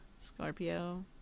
Scorpio